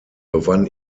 gewann